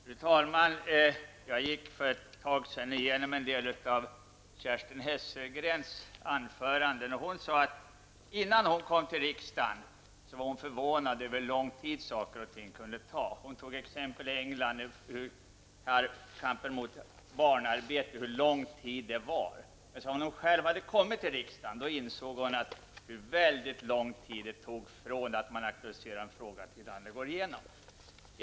Fru talman! Jag gick för ett tag sedan igenom en del av Kerstin Hesselgrens anföranden, där hon sade att hon innan hon kom till riksdagen var förvånad över hur lång tid saker och ting kunde ta. Hon tog exempel från England. När hon själv hade kommit till riksdagen insåg hon hur väldigt lång tid det tog från det att en fråga aktualiserades till att den gick igenom.